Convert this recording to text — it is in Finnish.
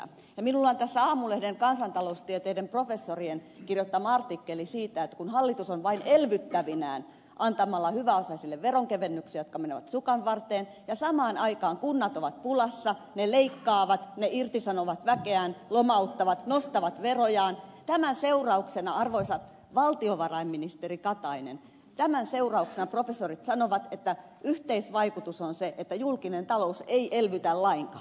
minulla on tässä kansantaloustieteiden professorien kirjoittama aamulehden artikkeli siitä että kun hallitus on vain elvyttävinään antamalla hyväosaisille veronkevennyksiä jotka menevät sukanvarteen ja samaan aikaan kunnat ovat pulassa ne leikkaavat ne irtisanovat väkeään lomauttavat nostavat verojaan niin tämän seurauksena arvoisa valtiovarainministeri katainen näin professorit sanovat yhteisvaikutus on se että julkinen talous ei elvytä lainkaan